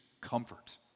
comfort